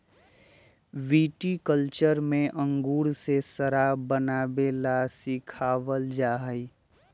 viticulture में अंगूर से शराब बनावे ला सिखावल जाहई